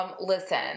Listen